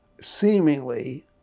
seemingly